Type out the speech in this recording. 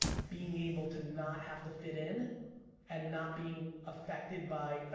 being able to not have to fit in and not being affected by, ah